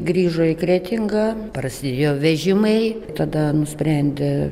grįžo į kretingą prasidėjo vežimai tada nusprendė